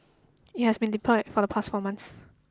it has been deployed for the past four months